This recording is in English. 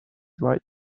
right